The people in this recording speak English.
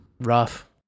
Rough